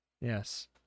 Yes